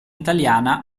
italiana